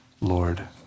Lord